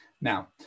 Now